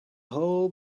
whole